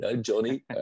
johnny